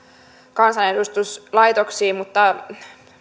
kansanedustuslaitokseen mutta